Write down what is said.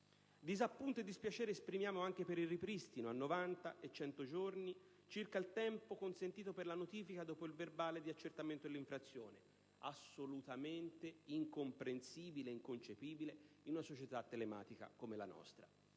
Disappunto e dispiacere esprimiamo anche per il ripristino a 90 e 100 giorni del termine consentito per la notifica del verbale di accertamento dell'infrazione: ciò è assolutamente incomprensibile ed inconcepibile, in una società telematica come la nostra.